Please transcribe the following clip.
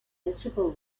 miserable